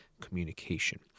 communication